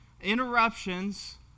interruptions